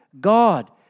God